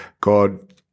God